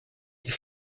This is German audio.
die